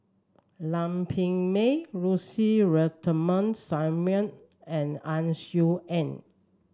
Lam Pin Min Lucy Ratnammah Samuel and Ang Swee Aun